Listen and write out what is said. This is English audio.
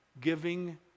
giving